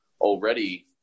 already